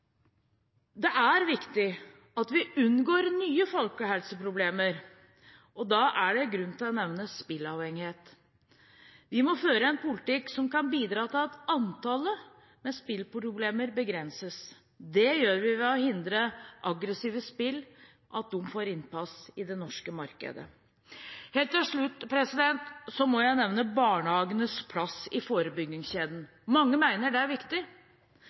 Det er viktig at vi unngår nye folkehelseproblemer, og da er det grunn til å nevne spilleavhengighet. Vi må føre en politikk som kan bidra til at antallet med spilleproblemer begrenses. Det gjør vi ved å hindre at aggressive spill får innpass i det norske markedet. Helt til slutt må jeg nevne barnehagenes plass i forebyggingskjeden. Mange mener det er viktig.